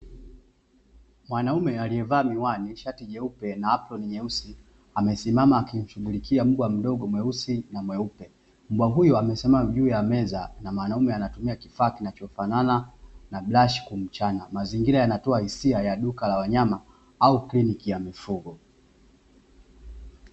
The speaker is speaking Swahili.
Mwanaume alievaa miwani, shati jeupe na aproni nyeusi amesimama akimshughulikia mbwa mdogo mweusi na mweupe. Mbwa huyo amesimama juu ya meza na mwanaume anatumia kifaa kinachofanana na brashi kumchana. Mazingira yanatoa hisia ya duka la wanyama au kliniki ya kifugo.